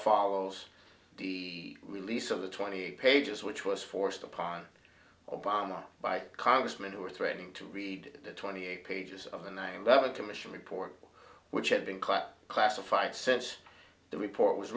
follows the release of the twenty pages which was forced upon obama by congressmen who are threatening to read the twenty eight pages of the nine eleven commission report which had been quite classified since the report was